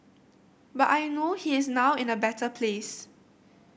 but I know he is now in a better place